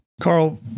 Carl